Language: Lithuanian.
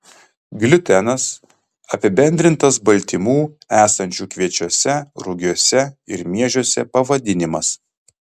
gliutenas apibendrintas baltymų esančių kviečiuose rugiuose ir miežiuose pavadinimas